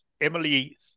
Emily